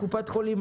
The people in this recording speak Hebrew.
קופת חולים,